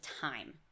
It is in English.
time